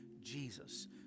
Jesus